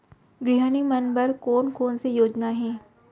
गृहिणी मन बर कोन कोन से योजना हे?